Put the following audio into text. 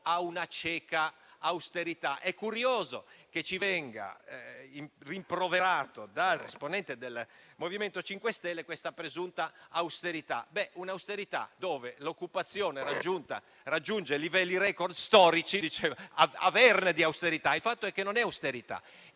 ad una cieca austerità. È curioso che ci venga rimproverata dall'esponente del MoVimento 5 Stelle questa presunta austerità: è un'austerità dove l'occupazione raggiunge livelli *record* storici. Ad averne di austerità! Il fatto è che non è austerità: